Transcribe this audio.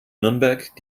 nürnberg